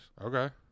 Okay